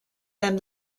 them